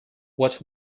what